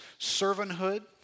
servanthood